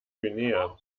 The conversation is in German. guinea